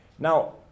Now